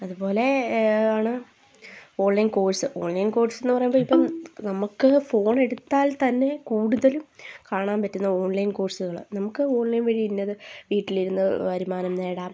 അതുപോലെ ആണ് online course online കോഴ്സെന്ന് പറയുമ്പം ഇപ്പം നമുക്ക് ഫോണെടുത്താൽ തന്നെ കൂടുതലും കാണാൻ പറ്റുന്നത് ഓൺലൈൻ കോഴ്സുകൾ നമുക്ക് ഓൺലൈൻ വഴി ഇന്നത് വീട്ടിലിരുന്ന് വരുമാനം നേടാം